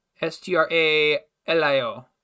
S-T-R-A-L-I-O